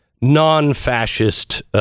non-fascist